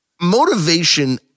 Motivation